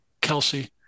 Kelsey